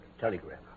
Telegram